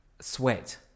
Sweat